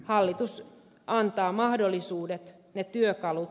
hallitus antaa mahdollisuudet ne työkalut